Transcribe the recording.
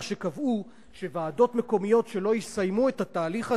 שקבעו שוועדות מקומיות שלא יסיימו את התהליך הזה,